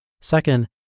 Second